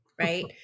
right